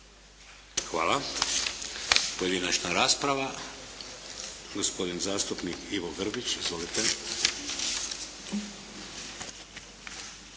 Hvala. Pojedinačna rasprava, gospodin zastupnik Ivo Grbić. Izvolite.